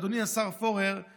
אדוני השר פורר,